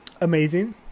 amazing